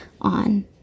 on